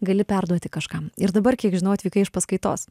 gali perduoti kažkam ir dabar kiek žinau atvykai iš paskaitos